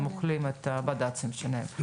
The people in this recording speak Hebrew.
הם אוכלים את הבד"צים שלהם,